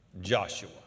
Joshua